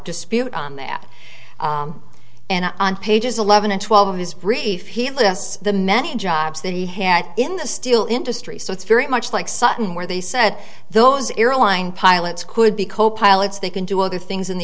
dispute on that and on pages eleven and twelve of his brief he lists the many jobs that he had in the steel industry so it's very much like sutton where they said those airline pilots could be copilots they can do other things in the